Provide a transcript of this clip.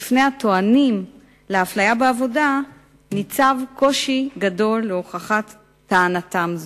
בפני הטוענים לאפליה בעבודה ניצב קושי גדול להוכחת טענתם זו.